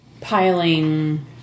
piling